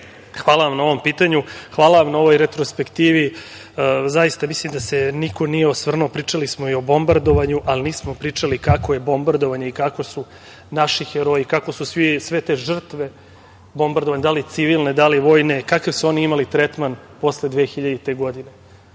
hvala vam na ovom pitanju. Hvala vam na ovoj retrospektivi. Zaista, mislim da se niko nije osvrnuo, pričali smo i o bombardovanju, ali nismo pričali kako je bombardovanje i kako su naši heroji, kako su sve te žrtve bombardovane, da li civilne, da li vojne, kakav su one imale tretman posle 2000. godine. To